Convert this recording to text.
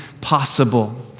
possible